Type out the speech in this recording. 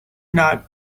not